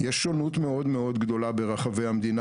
יש שונות מאוד מאוד גדולה ברחבי המדינה